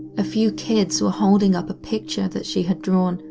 a few kids were holding up a picture that she had drawn,